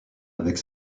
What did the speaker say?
avec